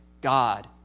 God